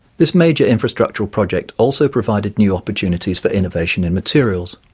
this major infrastructural project also provided new opportunities for innovation in materials.